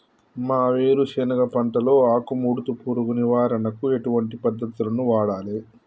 మా వేరుశెనగ పంటలో ఆకుముడత పురుగు నివారణకు ఎటువంటి పద్దతులను వాడాలే?